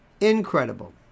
Incredible